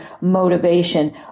motivation